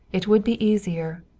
it would be easier.